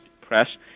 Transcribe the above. Press